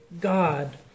God